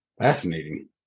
Fascinating